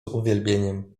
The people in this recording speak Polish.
uwielbieniem